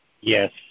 Yes